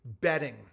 betting